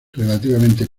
relativamente